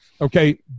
Okay